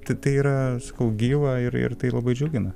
tai tai yra sakau gyva ir ir tai labai džiugina